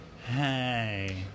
hey